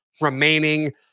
remaining